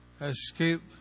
escape